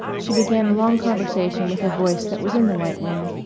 she began a long conversation with a voice that was in the white wind,